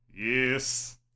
Yes